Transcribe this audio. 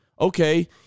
okay